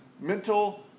mental